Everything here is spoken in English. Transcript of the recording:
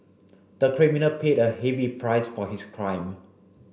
the criminal paid a heavy price for his crime